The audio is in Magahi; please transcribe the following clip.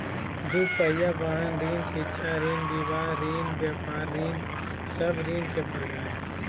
दू पहिया वाहन ऋण, शिक्षा ऋण, विवाह ऋण, व्यापार ऋण सब ऋण के प्रकार हइ